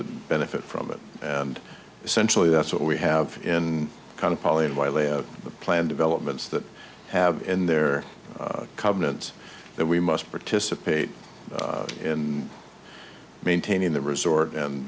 that benefit from it and essentially that's what we have in kind of poly and why lay out the plan developments that have in their covenant that we must participate in maintaining the resort and